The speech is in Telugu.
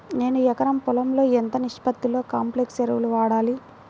నేను ఎకరం పొలంలో ఎంత నిష్పత్తిలో కాంప్లెక్స్ ఎరువులను వాడాలి?